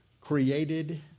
created